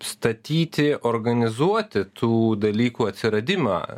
statyti organizuoti tų dalykų atsiradimą